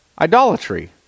idolatry